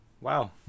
Wow